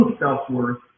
self-worth